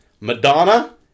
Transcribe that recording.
Madonna